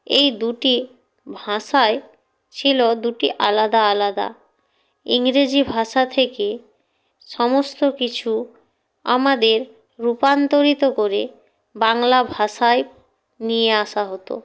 এই দুটি ভাষায় ছিলো দুটি আলাদা আলাদা ইংরেজি ভাষা থেকে সমস্ত কিছু আমাদের রূপান্তরিত করে বাংলা ভাষায় নিয়ে আসা হতো